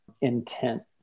intent